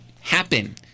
happen